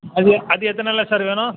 அது அது எத்தனை இல சார் வேணும்